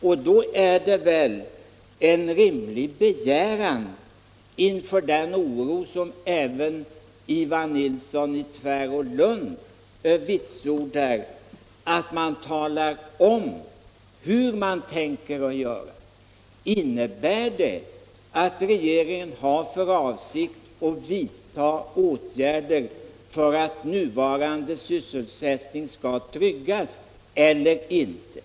Inför den oro som även herr Nilsson i Tvärålund vitsordar finns är det väl en rimlig begäran att regeringen talar om hur den tänker göra. Har regeringen för avsikt att vidta åtgärder för att den nuvarande sysselsättningen skall tryggas eller inte?